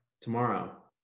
tomorrow